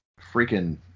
freaking